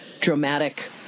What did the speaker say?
dramatic